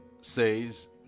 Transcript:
says